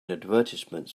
advertisements